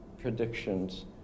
predictions